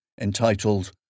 entitled